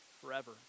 forever